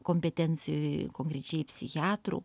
kompetencijoje konkrečiai psichiatrų